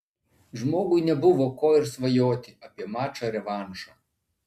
žmogui nebuvo ko ir svajoti apie mačą revanšą